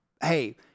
hey